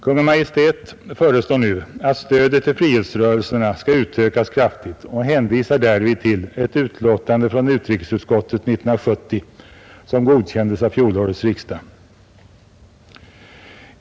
Kungl. Maj:t föreslår nu att stödet till frihetsrörelserna skall utökas kraftigt och hänvisar därvid till ett utlåtande från utrikesutskottet 1970, som godkändes av fjolårets riksdag.